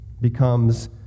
becomes